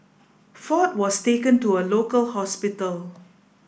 Ford was taken to a local hospital